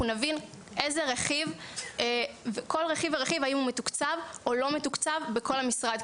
נבין כל רכיב ורכיב האם הוא מתוקצב או לא בכל משרד,